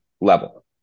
level